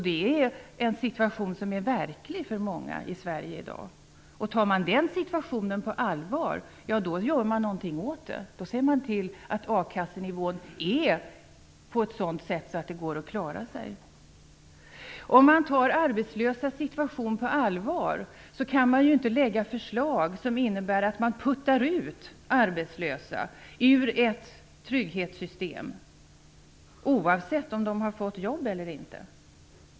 Det är en situation som är verklig för många i Sverige i dag. Tar man den situationen på allvar, ja då gör man någonting åt den. Då ser man till att a-kassenivån är sådan att det går att klara sig. Om man tar arbetslösas situation på allvar kan man inte lägga fram förslag som innebär att man puttar ut arbetslösa ur trygghetssystemet oavsett om de har fått jobb eller inte.